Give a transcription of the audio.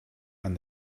and